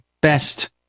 best